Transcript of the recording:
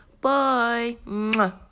Bye